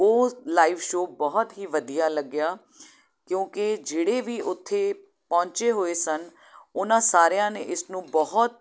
ਉਹ live show ਬਹੁਤ ਹੀ ਵਧੀਆ ਲੱਗਿਆ ਕਿਉਂਕਿ ਜਿਹੜੇ ਵੀ ਉੱਥੇ ਪਹੁੰਚੇ ਹੋਏ ਸਨ ਉਹਨਾਂ ਸਾਰਿਆਂ ਨੇ ਇਸ ਨੂੰ ਬਹੁਤ